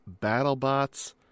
BattleBots